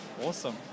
awesome